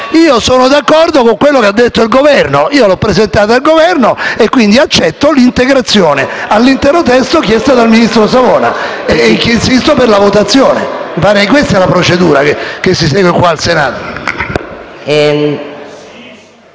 e sono d'accordo con quanto ha detto il Governo. Io l'ho presentata al Governo e quindi accetto l'integrazione all'intero testo chiesta dal ministro Savona e insisto per la votazione. Mi pare questa la procedura che si segue in Senato.